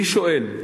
אני שואל: